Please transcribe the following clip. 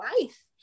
life